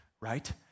right